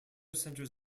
centers